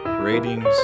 ratings